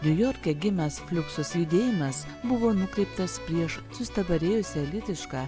niujorke gimęs fliuksus judėjimas buvo nukreiptas prieš sustabarėjusią elitišką